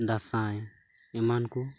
ᱫᱟᱸᱥᱟᱭ ᱮᱢᱟᱱ ᱠᱚ